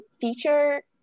feature